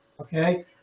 okay